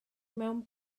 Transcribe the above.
mewn